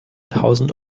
tausend